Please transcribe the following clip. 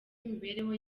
imibereho